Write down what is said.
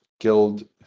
Guild